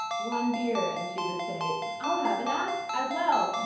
one beer. and she would say, i'll have an app as well.